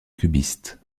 cubiste